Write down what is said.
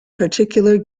particular